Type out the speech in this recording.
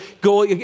go